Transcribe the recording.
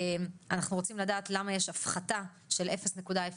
אנחנו רוצים לדעת גם למה יש הפחתה של 0.04%